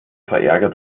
verärgert